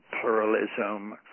pluralism